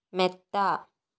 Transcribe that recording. മെത്ത